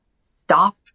stop